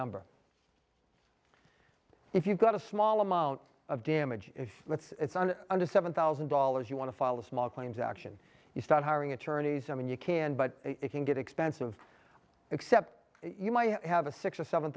number if you've got a small amount of damage that's done under seven thousand dollars you want to file a small claims action you start hiring attorneys i mean you can but it can get expensive except you might have a six or seven